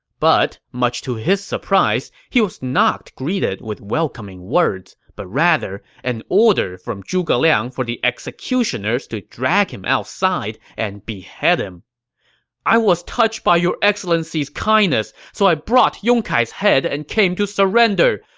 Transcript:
but much to his surprise, he was not greeted with welcoming words, but rather, an order from zhuge liang for the executioners to drag him outside and behead him i was touched by your excellency's kindness, so i brought yong kai's head and came to surrender!